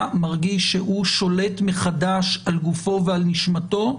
מרגיש שהוא שולט מחדש על גופו ועל נשמתו,